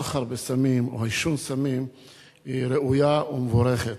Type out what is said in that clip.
סחר בסמים או עישון סמים ראויה ומבורכת,